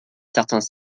certains